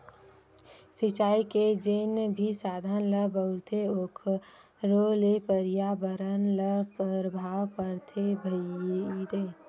सिचई के जेन भी साधन ल बउरथे ओखरो ले परयाबरन ल परभाव परथे भईर